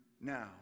now